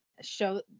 show